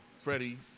Freddie